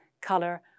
color